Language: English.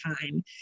time